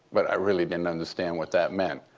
but i really didn't understand what that meant.